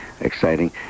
exciting